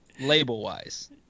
label-wise